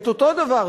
את אותו דבר,